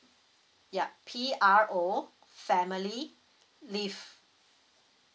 ya P R O family leave